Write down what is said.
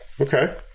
Okay